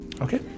Okay